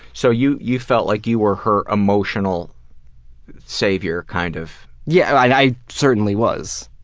so you you felt like you were her emotional savior, kind of. yeah i certainly was.